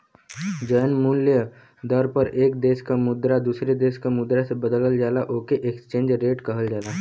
जौन मूल्य दर पर एक देश क मुद्रा दूसरे देश क मुद्रा से बदलल जाला ओके एक्सचेंज रेट कहल जाला